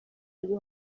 rwo